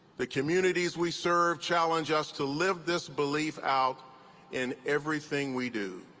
the communities we serve challenge us to live this belief out in everything we do.